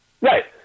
Right